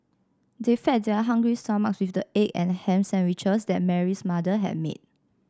they fed their hungry stomachs with the egg and ham sandwiches that Mary's mother had made